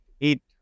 eight